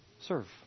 serve